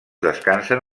descansen